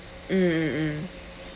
mm mm mm